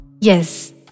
Yes